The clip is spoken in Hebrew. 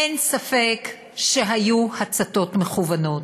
אין ספק שהיו הצתות מכוונות,